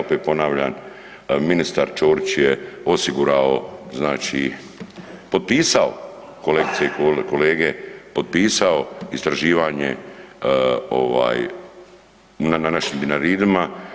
Opet ponavljam ministar Ćorić je osigurao znači potpisao kolegice i kolege potpisao istraživanje na našim Dinaridima.